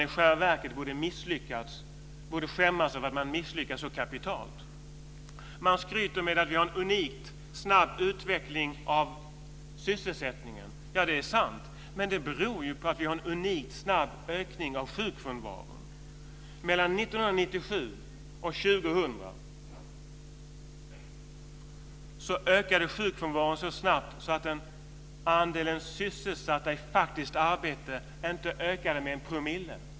I själva verket borde man skämmas över att man har misslyckats så kapitalt. Man skryter med att vi har en unikt snabb utveckling av sysselsättningen. Det är sant, men det beror ju på att vi har en unikt snabb ökning av sjukfrånvaron. Mellan 1997 och 2000 ökade sjukfrånvaron så snabbt att andelen sysselsatta i faktiskt arbete inte ökade med en promille.